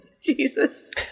Jesus